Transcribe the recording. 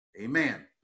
Amen